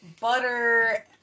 butter